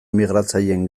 migratzaileen